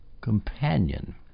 companion